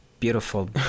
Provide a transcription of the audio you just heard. beautiful